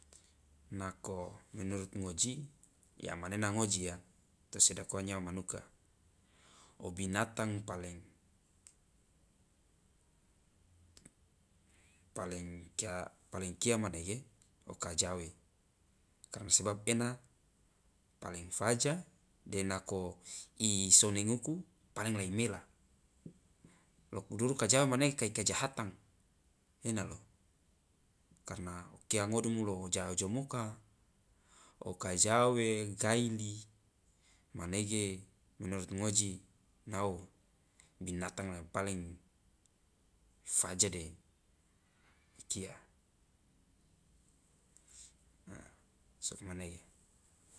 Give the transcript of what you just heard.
Nako menurut ngoji ya manena ngoji ya tosi odakuwa nyawa manuka obinatang paling paling kia paling kia manege o kajawe karna sebab ena paling faja de nako isonenguku paling la imela lo duru kajawe mane kai kajahatang ena lo karna okia ngodumu lo ja ojomoka okajawe gaili manege menurut ngoji inao binatang yang paling ifaja de ikia a sokomanege.